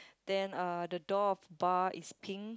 then uh the door of bar is pink